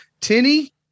Tinny